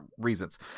reasons